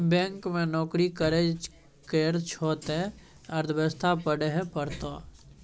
bank मे नौकरी करय केर छौ त अर्थव्यवस्था पढ़हे परतौ